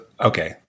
okay